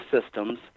systems